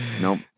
Nope